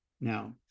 Now